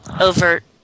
overt